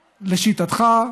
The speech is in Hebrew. לשיטתך,